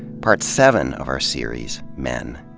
part seven of our series, men.